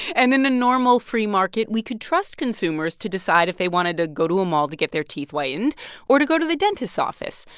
and in a normal free market, we could trust consumers to decide if they wanted to go to a mall to get their teeth whitened or to go to the dentist office.